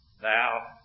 Thou